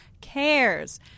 cares